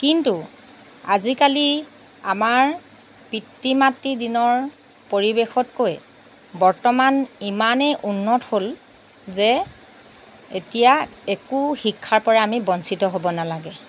কিন্তু আজিকালি আমাৰ পিতৃ মাতৃ দিনৰ পৰিৱেশতকৈ বৰ্তমান ইমানেই উন্নত হ'ল যে এতিয়া একো শিক্ষাৰ পৰা আমি বঞ্চিত হ'ব নালাগে